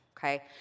Okay